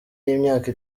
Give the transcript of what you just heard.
y’imyaka